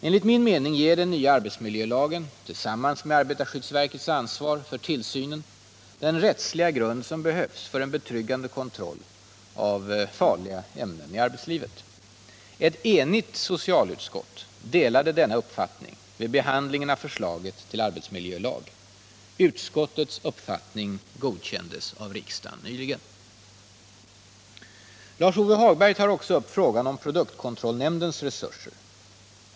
Enligt min mening ger den nya arbetsmiljölagen tillsammans med arbetarskyddsverkets ansvar för tillsynen den rättsliga grund som behövs 29 för en betryggande kontroll av farliga ämnen i arbetslivet. Ett enigt socialutskott delade denna uppfattning vid behandlingen av förslaget till arbetsmiljölag. Utskottets uppfattning godkändes av riksdagen nyligen. Lars-Ove Hagberg tar också upp frågan om produktkontrollnämndens resurser.